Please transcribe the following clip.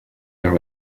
vers